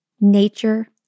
nature